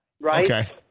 right